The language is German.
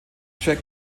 check